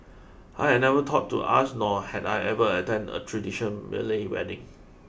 I had never thought to ask nor had I ever attended a tradition Malay wedding